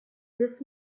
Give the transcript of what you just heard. this